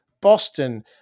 Boston